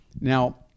Now